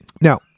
Now